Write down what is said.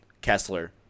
Kessler